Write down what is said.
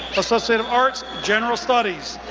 associate of arts, general studies.